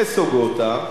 נסוגות.